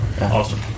Awesome